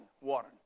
Warren